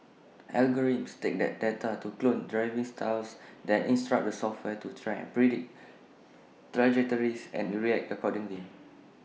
algorithms take that data to clone driving styles then instruct the software to try and predict trajectories and react accordingly